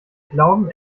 glauben